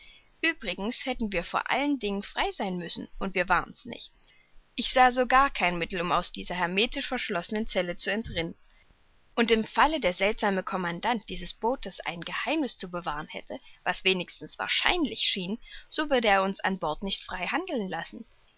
uebrigens hätten wir vor allen dingen frei sein müssen und wir waren's nicht ich sah sogar kein mittel um aus dieser hermetisch verschlossenen zelle zu entrinnen und im falle der seltsame commandant dieses bootes ein geheimniß zu bewahren hätte was wenigstens wahrscheinlich schien so würde er uns an bord nicht frei handeln lassen